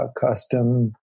custom